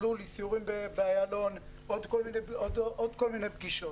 בוטלו סיורים באיילון ועוד כל מיני פגישות.